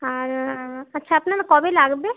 আর আচ্ছা আপনার কবে লাগবে